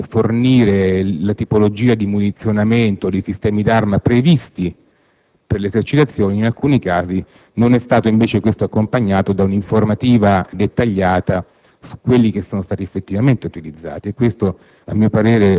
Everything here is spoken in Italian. e, comunque sia, mentre è stato ottemperato l'obbligo di fornire la tipologia di munizionamento, dei sistemi d'arma previsti per le esercitazioni, in alcuni casi, invece, questo non è stato accompagnato da un'informativa dettagliata